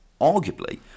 arguably